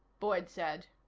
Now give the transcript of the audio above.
boyd said.